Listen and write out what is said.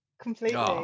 completely